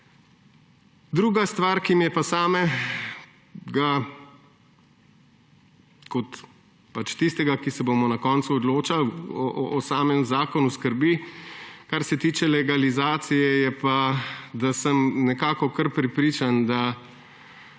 Druga stvar, ki me skrbi kot tistega, ki se bo na koncu odločal o samem zakonu, kar se tiče legalizacije, je pa, da sem nekako kar prepričan, da